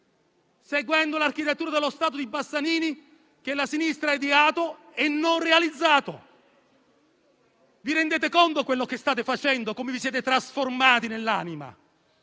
seguendo l'architettura dello Stato di Bassanini, che la sinistra ha ideato e non realizzato. Vi rendete conto di quello che state facendo? Come vi siete trasformati nell'anima,